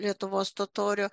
lietuvos totorių